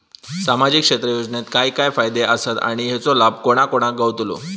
सामजिक क्षेत्र योजनेत काय काय फायदे आसत आणि हेचो लाभ कोणा कोणाक गावतलो?